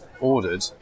ordered